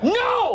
no